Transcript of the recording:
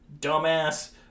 dumbass